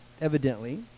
evidently